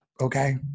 Okay